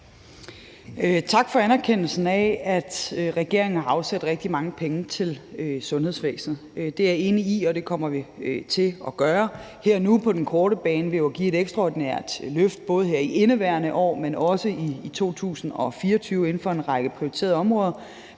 Tak for anerkendelsen af, at regeringen har afsat rigtig mange penge til sundhedsvæsenet. Det er jeg enig i, og det kommer vi til at gøre her og nu på den korte bane ved jo at give et ekstraordinært løft, både her i indeværende år, men også i 2024, inden for en række prioriterede områder,